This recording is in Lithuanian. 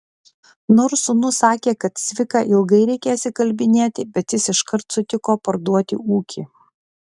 nors sūnus sakė kad cviką ilgai reikės įkalbinėti bet jis iškart sutiko parduoti ūkį